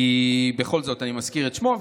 כי בכל זאת אני מזכיר את שמו.